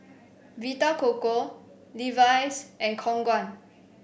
Vita Coco Levi's and Khong Guan